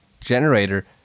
generator-